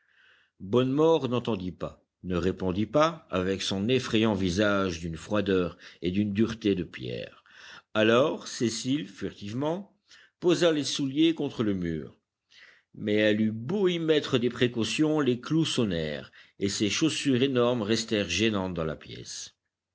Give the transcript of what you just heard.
bonnemort n'entendit pas ne répondit pas avec son effrayant visage d'une froideur et d'une dureté de pierre alors cécile furtivement posa les souliers contre le mur mais elle eut beau y mettre des précautions les clous sonnèrent et ces chaussures énormes restèrent gênantes dans la pièce